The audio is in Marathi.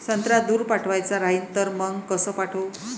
संत्रा दूर पाठवायचा राहिन तर मंग कस पाठवू?